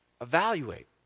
Evaluate